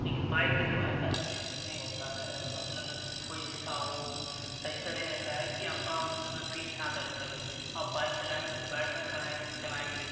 लेकिन बाइक में जो है ऐसा सिस्टम नहीं होता ऐसा मतलब कोई भी सा हो तरीका नहीं रहता है कि आपका मतलब पीठ ना दर्द करे आप बाइक चलाएँगे तो बैठ कर चलाएँगे